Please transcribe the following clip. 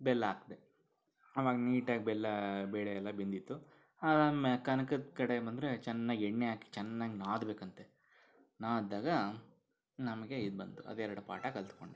ಬೆಲ್ಲ ಹಾಕ್ಬೇಕು ಅವಾಗ ನೀಟಾಗಿ ಬೆಲ್ಲ ಬೇಳೆ ಎಲ್ಲ ಬೆಂದಿತ್ತು ಅದಾದ್ಮೇಲೆ ಕನಕದ ಕಡೆ ಬಂದರೆ ಚೆನ್ನಾಗಿ ಎಣ್ಣೆ ಹಾಕಿ ಚೆನ್ನಾಗಿ ನಾದಬೇಕಂತೆ ನಾದಿದಾಗ ನಮಗೆ ಇದು ಬಂತು ಅದೆರಡು ಪಾಠ ಕಲಿತ್ಕೊಂಡೆ